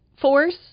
force